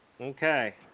okay